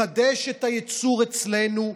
לחדש את הייצור אצלנו,